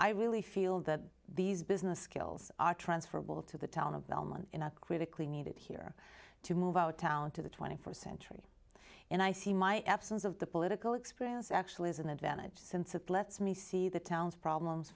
i really feel that these business skills are transferable to the town of belmont in a critically needed here to move out of town to the twenty first century and i see my absence of the political experience actually as an advantage since it lets me see the town's problems